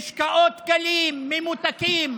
משקאות קלים ממותקים.